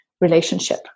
relationship